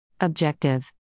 Objective